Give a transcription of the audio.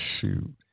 Shoot